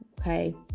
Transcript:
okay